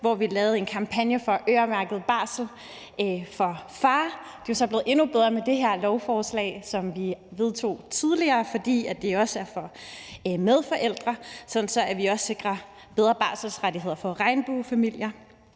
hvor vi lavede en kampagne for øremærket barsel for far. Det er så blevet endnu bedre med det lovforslag, som vi vedtog tidligere, fordi det nu også er for medforældre, sådan at vi også sikrer bedre barselsrettigheder for regnbuefamilier.